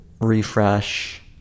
refresh